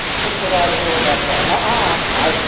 couldn't get out of here without that. not ah,